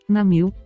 Namil